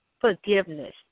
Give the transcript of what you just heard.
forgiveness